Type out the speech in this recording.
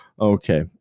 okay